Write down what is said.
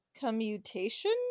commutation